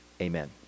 Amen